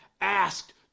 asked